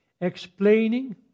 explaining